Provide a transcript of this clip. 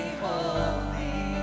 holy